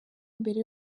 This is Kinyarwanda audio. mbere